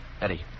Eddie